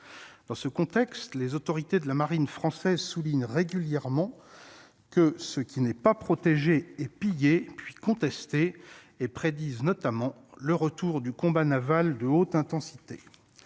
dans ce contexte, les autorités de la marine française souligne régulièrement que ce qui n'est pas protégée et pillé puis contesté et prédisent notamment le retour du combat Naval de haute intensité,